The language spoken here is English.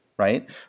right